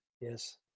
yes